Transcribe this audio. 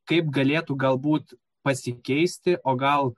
kaip galėtų galbūt pasikeisti o gal